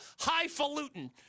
highfalutin